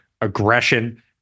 aggression